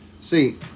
See